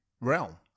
realm